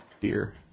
dear